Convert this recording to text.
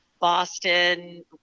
Boston